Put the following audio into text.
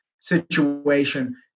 situation